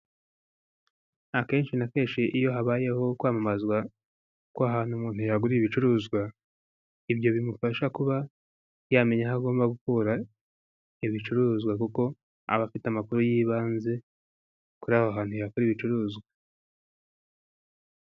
Akenshi na kenshi iyo habayeho kwamamazwa kw'ahantu umuntu yagurira ibicuruzwa, ibyo bimufasha kuba yamenya aho agomba gukura ibicuruzwa kuko aba afite amakuru y'ibanze kuri aho hantu yakura ibicuruzwa.